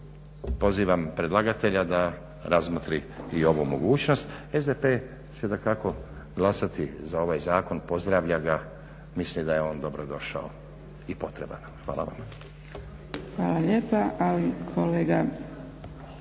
pozivam predlagatelja da razmotri i ovu mogućnost. SDP će dakako glasovati za ovaj zakon, pozdravlja ga, misli da je on dobrodošao i potreban nam. Hvala vam. **Zgrebec, Dragica